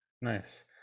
nice